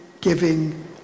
giving